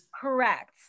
Correct